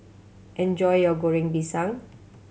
enjoy your Goreng Pisang